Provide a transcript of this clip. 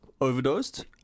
Overdosed